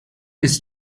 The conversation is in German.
ist